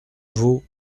veau